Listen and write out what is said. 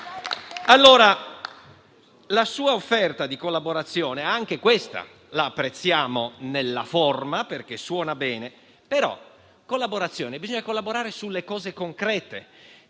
La sua offerta di collaborazione la apprezziamo anch'essa nella forma, perché suona bene, però bisogna collaborare sulle cose concrete.